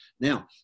Now